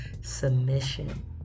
submission